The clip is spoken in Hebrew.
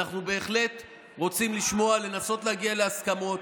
אנחנו בהחלט רוצים לשמוע ולנסות להגיע להסכמות,